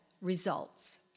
results